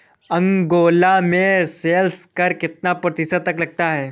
Angola में sales कर कितना प्रतिशत तक लगता है?